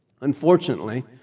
unfortunately